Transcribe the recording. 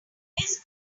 his